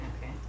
Okay